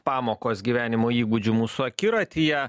pamokos gyvenimo įgūdžių mūsų akiratyje